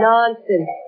Nonsense